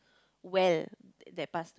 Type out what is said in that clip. well that passed